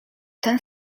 ten